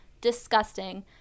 Disgusting